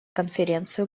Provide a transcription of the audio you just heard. конференцию